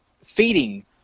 feeding